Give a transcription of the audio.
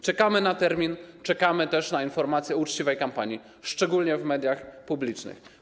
Czekamy na termin, czekamy też na informację o uczciwej kampanii, szczególnie w mediach publicznych.